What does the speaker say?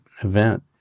event